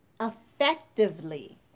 effectively